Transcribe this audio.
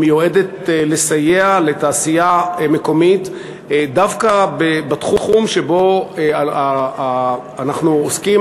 היא מיועדת לסייע לתעשייה מקומית דווקא בתחום שבו אנו עוסקים,